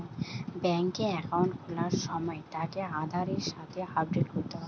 বেংকে একাউন্ট খোলার সময় তাকে আধারের সাথে আপডেট করতে হয়